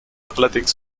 allerdings